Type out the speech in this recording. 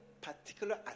particular